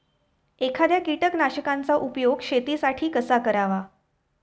एखाद्या कीटकनाशकांचा उपयोग शेतीसाठी कसा करावा?